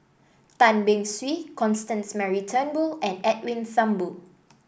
Tan Beng Swee Constance Mary Turnbull and Edwin Thumboo